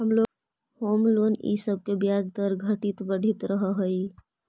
home loan इ सब के ब्याज दर घटित बढ़ित रहऽ हई